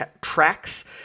tracks